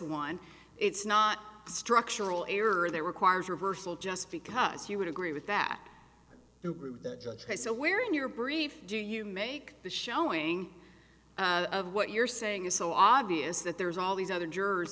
one it's not structural error that requires reversal just because you would agree with that so where in your brief do you make the showing of what you're saying is so obvious that there's all these other jurors